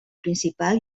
principal